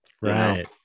right